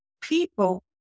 people